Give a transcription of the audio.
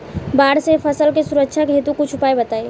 बाढ़ से फसल के सुरक्षा हेतु कुछ उपाय बताई?